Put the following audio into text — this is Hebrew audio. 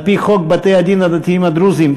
על-פי חוק בתי-הדין הדתיים הדרוזיים,